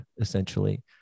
essentially